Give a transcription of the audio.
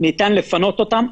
ניתן לפנות אותם.